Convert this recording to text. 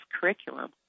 curriculum